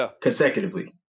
consecutively